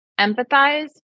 empathize